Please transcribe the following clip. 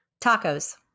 Tacos